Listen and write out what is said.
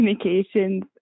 communications